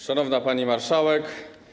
Szanowna Pani Marszałek!